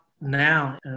now